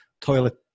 toilet